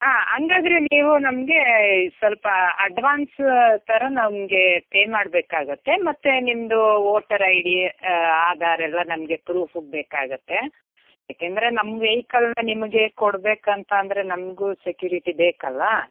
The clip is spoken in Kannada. ಹಾಂ ಹಾಗಾದರೆ ನೀವು ನಮಗೆ ಸ್ವಲ್ಪ ಅಡ್ವಾನ್ಸ್ ಥರ ನಮಗೆ ಪೇ ಮಾಡಬೇಕಾಗತ್ತೆ ಮತ್ತೆ ನಿಮ್ಮದು ವೋಟರ್ ಐ ಡಿ ಆಧಾರ್ ಎಲ್ಲ ನಮಗೆ ಪ್ರೂಫಗೆ ಬೇಕಾಗತ್ತೆ ಯಾಕೆಂದರೆ ನಮ್ಮ ವೆಹಿಕಲನ್ನು ನಿಮಗೆ ಕೊಡಬೇಕು ಅಂತ ಅಂದರೆ ನಮಗೂ ಸೆಕ್ಯೂರಿಟಿ ಬೇಕಲ್ಲ